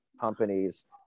companies